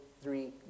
three